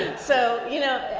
so, you know,